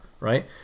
right